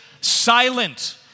silent